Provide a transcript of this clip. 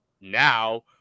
now